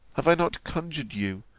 have i not conjured you,